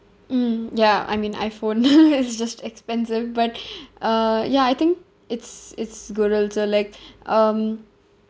mm ya I mean iphone is just expensive but uh ya I think it's it's good also like um